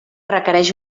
requereix